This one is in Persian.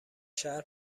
شهر